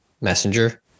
Messenger